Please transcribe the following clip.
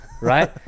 right